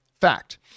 Fact